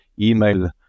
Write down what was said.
email